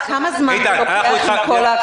אבל כמה זמן זה לוקח עם כל ---?